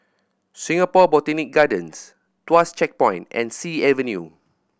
Singapore Botanic Gardens Tuas Checkpoint and Sea Avenue